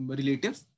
relatives